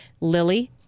Lily